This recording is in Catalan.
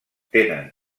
tenen